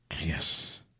yes